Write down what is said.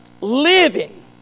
living